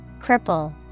Cripple